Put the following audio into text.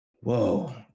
Whoa